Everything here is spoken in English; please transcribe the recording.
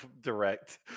direct